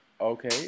Okay